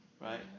right